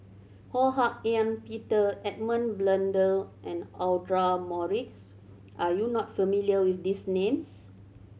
Ho Hak Ean Peter Edmund Blundell and Audra Morrice are you not familiar with these names